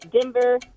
Denver